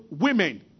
women